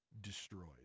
Destroyed